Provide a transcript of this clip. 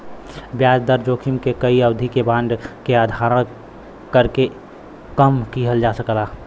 ब्याज दर जोखिम के कई अवधि के बांड के धारण करके कम किहल जा सकला